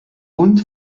und